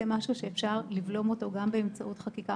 זה משהו שאפשר לבלום אותו גם באמצעות חקיקה